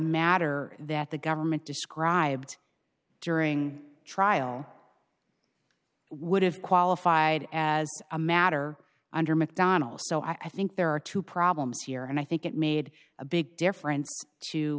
matter that the government described during trial would have qualified as a matter under mcdonnell so i think there are two problems here and i think it made a big difference to